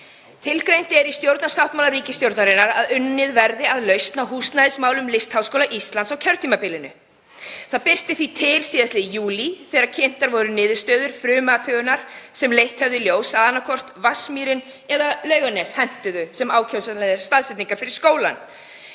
Tilgreint er í stjórnarsáttmála ríkisstjórnarinnar að unnið verði að lausn á húsnæðismálum Listaháskóla Íslands á kjörtímabilinu. Það birti því til síðastliðinn júlí þegar kynntar voru niðurstöður frumathugunar sem leitt höfðu í ljós að annaðhvort Vatnsmýrin eða Laugarnes væru ákjósanlegar staðsetningar fyrir skólann